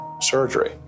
surgery